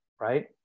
right